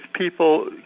people